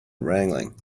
wrangling